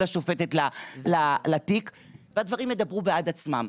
השופטת לתיק הדברים ידברו בעד עצמם.